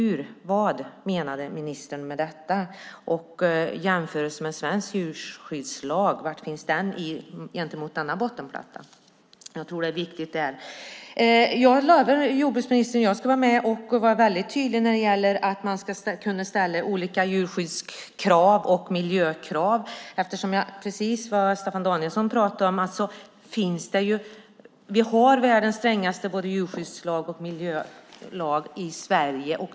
Vad menade ministern med detta? Var finns svensk djurskyddslag i förhållande till denna bottenplatta? Jag lovar, jordbruksministern, att jag ska vara med och vara väldigt tydlig med att man ska kunna ställa olika djurskyddskrav och miljökrav. Precis som Staffan Danielsson sade har vi världens strängaste både djurskyddslag och miljölag i Sverige.